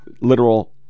literal